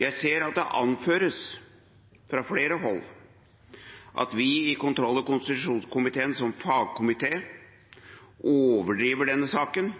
Jeg ser at det anføres fra flere hold at vi i kontroll- og konstitusjonskomiteen som fagkomité overdriver denne saken,